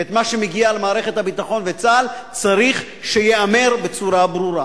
ומה שמגיע למערכת הביטחון וצה"ל צריך שייאמר בצורה ברורה.